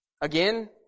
Again